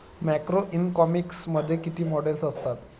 Macroeconomics मध्ये किती models असतात?